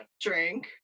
drink